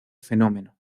fenómeno